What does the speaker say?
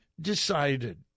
decided